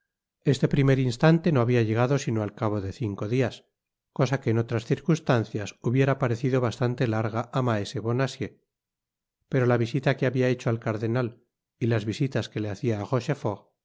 este primer instante no habia llegado sino al cabo de cinco dias cosa que en otras circunstancias hubiera parecido bastante larga á maese bonacieux pero la visita que habia hecho al cardenal y las visitas que le hacia rochefort